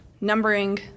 numbering